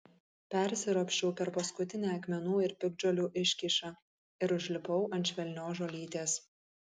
persiropščiau per paskutinę akmenų ir piktžolių iškyšą ir užlipau ant švelnios žolytės